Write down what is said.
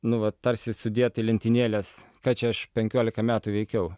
nu vat tarsi sudėt į lentynėles ką čia aš penkiolika metų veikiau